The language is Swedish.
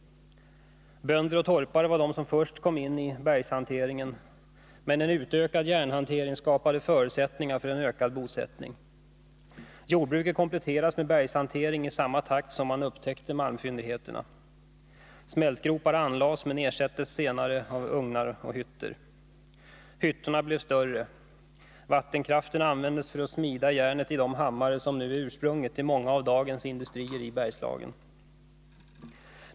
Bönder och torpare var de som först kom in i bergshanteringen, en utökad järnhantering skapade förutsättning för en ökad bosättning. Jordbruket kompletterades med bergshantering i samma takt som man upptäckte malmfyndigheterna. Smältgropar anlades men ersattes senare av ugnar och hyttor. Hyttorna blev större. Vattenkraften användes för att smida järnet i de hammare som är ursprunget till många av dagens industrier i Bergslagen.